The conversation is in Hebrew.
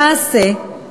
למעשה,